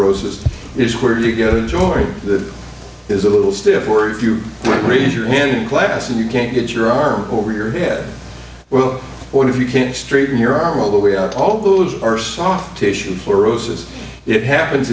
roses is where you go to enjoy the is a little stiff word if you raise your hand yes and you can't get your arm over your head well what if you can't straighten your arm all the way out all those are soft tissue or roses it happens